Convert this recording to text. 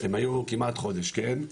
הם היו כמעט חודש, כן,